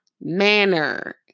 manner